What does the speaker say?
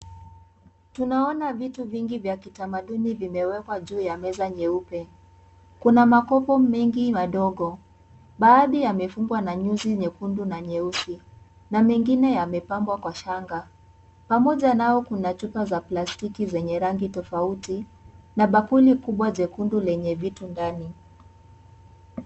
Tunaona vitu vingi vya kitamaduni vimewekwa juu ya meza nyeupe, kuna makopo mengi madogo baadhi yamefungwa na nyusi nyekundu na nyeusi na mengine yamepambwa kwa shanga pamaoja nayo kuna chupa za plasitiki zenye rangi tofauti na bakuli kubwa jekundu lenye vitu ndani.